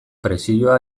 presioa